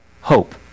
hope